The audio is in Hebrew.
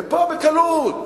ופה בקלות,